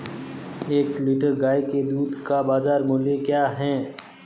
एक लीटर गाय के दूध का बाज़ार मूल्य क्या है?